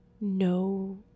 No